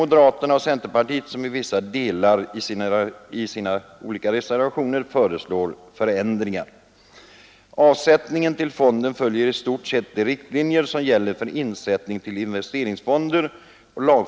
Moderaterna och centerpartiet föreslår i sina olika reservationer förändringar i vissa delar. Avsättningen till fonden skall i stort sett ske efter de riktlinjer som gäller för avsättning till investeringsfond.